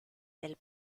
del